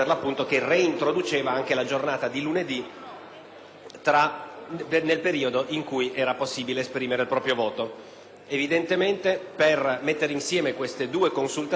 Grazie,